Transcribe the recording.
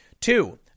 Two